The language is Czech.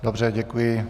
Dobře, děkuji.